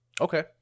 okay